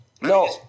No